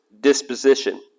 disposition